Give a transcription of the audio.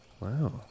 Wow